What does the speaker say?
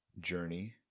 journey